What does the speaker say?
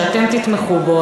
שאתם תתמכו בו,